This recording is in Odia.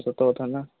ସତକଥା ନା